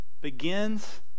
begins